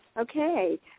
Okay